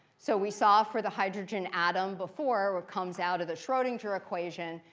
so we saw for the hydrogen atom before what comes out of the schrodinger equation,